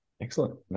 excellent